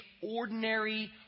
ordinary